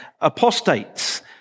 apostates